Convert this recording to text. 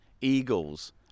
eagles